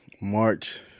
March